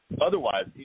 Otherwise